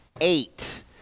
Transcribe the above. Eight